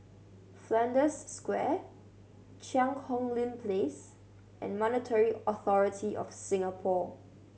Flanders Square Cheang Hong Lim Place and Monetary Authority Of Singapore